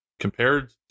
Compared